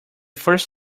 first